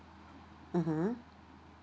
mmhmm